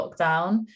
lockdown